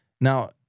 Now